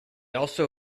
also